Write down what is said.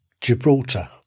Gibraltar